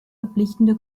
verpflichtende